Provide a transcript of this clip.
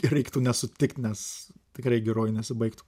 reiktų nesutikt nes tikrai geruoju nesibaigtų